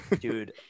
Dude